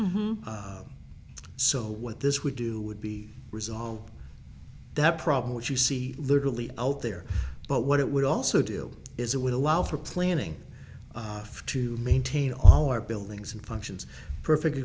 so what this would do would be resolve that problem which you see literally out there but what it would also do is it would allow for planning to maintain all our buildings and functions perfect